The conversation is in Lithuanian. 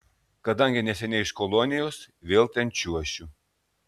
kadangi neseniai iš kolonijos vėl ten čiuošiu